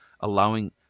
allowing